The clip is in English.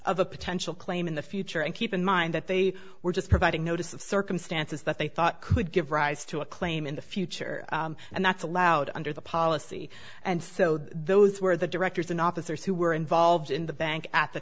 a potential claim in the future and keep in mind that they were just providing notice of circumstances that they thought could give rise to a claim in the future and that's allowed under the policy and so those were the directors and officers who were involved in the bank at the